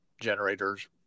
generators